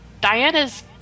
Diana's